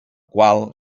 qual